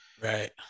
right